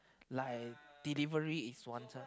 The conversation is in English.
like delivery is once ah